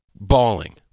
bawling